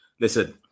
Listen